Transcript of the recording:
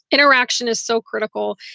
interaction is so critical.